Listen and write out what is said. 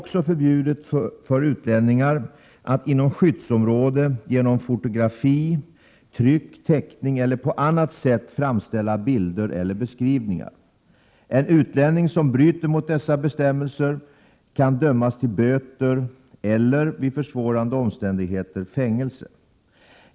också förbjudet för utlänningar att inom skyddsområde genom fotografi, tryck, teckning eller på annat sätt framställa bilder eller beskrivningar. En utlänning som bryter mot dessa bestämmelser kan dömas till böter eller, vid försvårande omständigheter, fängelse.